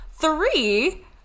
three